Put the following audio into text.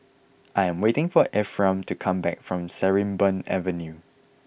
I am waiting for Ephraim to come back from Sarimbun Avenue